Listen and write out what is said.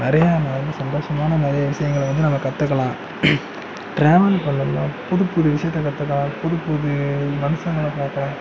நிறையா நம்ம வந்து சந்தோஷமான நிறைய விஷயங்களை வந்து நம்ம கற்றுக்கலாம் ட்ராவல் பண்ணம்னா புது புது விஷயத்தை கற்றுக்கலாம் புது புது மனுசங்களை பார்க்கலாம்